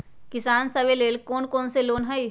किसान सवे लेल कौन कौन से लोने हई?